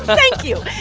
thank you.